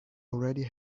already